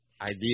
idea